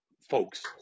folks